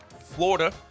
Florida